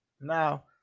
Now